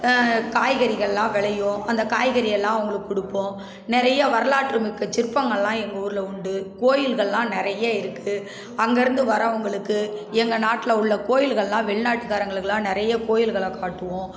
காய்கறிகளெலாம் விளையும் அந்த காய்கறியெல்லாம் அவங்களுக்கு கொடுப்போம் நிறையா வரலாற்றுமிக்க சிற்பங்களெலாம் எங்கள் ஊரில் உண்டு கோயில்களெலாம் நிறைய இருக்குது அங்கேருந்து வரவங்களுக்கு எங்கள் நாட்டில் உள்ள கோயில்களெலாம் வெளிநாட்டுக்காரங்களுக்கெலாம் நிறைய கோயில்களை காட்டுவோம்